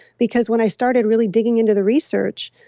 because when i started really digging into the research,